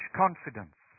confidence